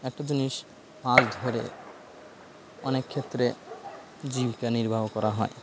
একটা জিনিস মাছ ধরে অনেক ক্ষেত্রে জীবিকা নির্বাহ করা হয়